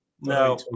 No